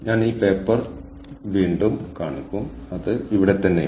ഞാൻ ഇവ കാണിക്കട്ടെ